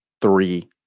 three